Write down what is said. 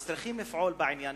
אז צריכים לפעול בעניין,